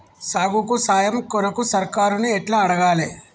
సాగుకు సాయం కొరకు సర్కారుని ఎట్ల అడగాలే?